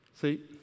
See